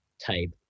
type